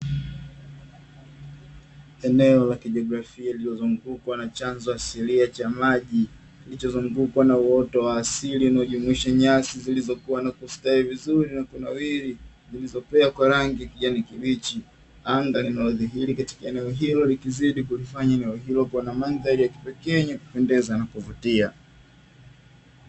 Eneo la kijiografia lililo zungukwa na chanzo asilia cha maji ,kilichozungukwa na uoto wa asili unaojumuisha nyasi zilizokuwa na kustawi vizuri na kunawiri, zilizomea kwa rangi ya kijani kibichi, anga linalodhihiri katika eneo hili ikizidi kufanya eneo hili kuwa na mandhari ya kipekee yenye kupendeza na kuvutia.